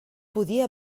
podia